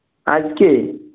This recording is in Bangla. আজকে